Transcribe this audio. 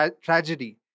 tragedy